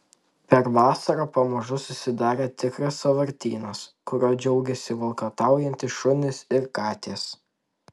per vasarą pamažu susidarė tikras sąvartynas kuriuo džiaugėsi valkataujantys šunys ir katės